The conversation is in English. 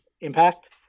Impact